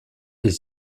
est